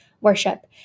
worship